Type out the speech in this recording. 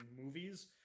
movies